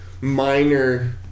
minor